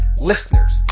Listeners